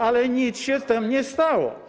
Ale nic się z tym nie stało.